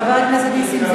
חבר הכנסת נסים זאב.